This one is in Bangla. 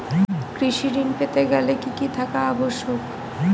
কৃষি ঋণ পেতে গেলে কি কি থাকা আবশ্যক?